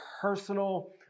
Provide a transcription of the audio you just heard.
personal